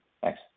thanks